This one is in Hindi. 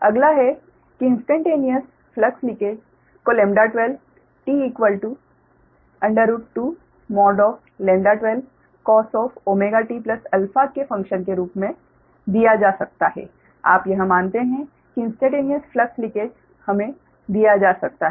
अगला है कि इन्स्टेंटेनियस फ्लक्स लिंकेज को λ12 t 2 मॉड 12 cos⁡ωtα के फ़ंक्शन के रूप में दिया जा सकता है आप यह मानते हैं कि इन्स्टेंटेनियस फ्लक्स लिंकेज हमें दिया जा सकता है